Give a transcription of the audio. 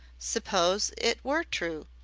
suppose it were true?